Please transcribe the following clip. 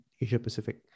Asia-Pacific